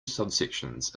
subsections